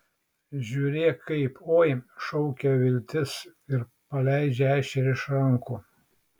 žiūrėk kaip oi šaukia viltis ir paleidžia ešerį iš rankų